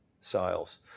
sales